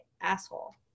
asshole